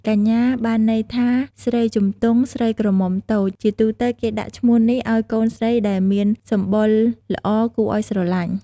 កញ្ញា បានន័យថា ស្រីជំទង់ ស្រីក្រមុំតូច។ ជាទូទៅគេដាក់ឈ្មោះនេះឲ្យកូនស្រីដែលមាន សម្បុរល្អគួរឲ្យស្រឡាញ់។